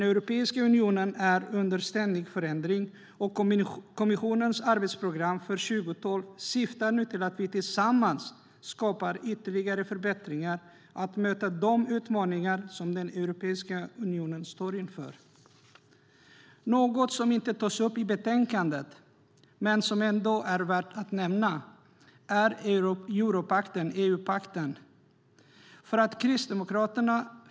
Europeiska unionen är under ständig förändring, och kommissionens arbetsprogram för 2012 syftar nu till att vi tillsammans skapar ytterligare förbättringar när det gäller att möta de utmaningar som Europeiska unionen står inför. Något som inte tas upp i utlåtandet men som ändå är värt att nämnas är europakten, EU-pakten.